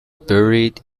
buried